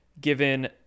given